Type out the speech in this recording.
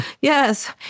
Yes